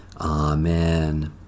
Amen